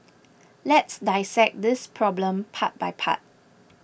let's dissect this problem part by part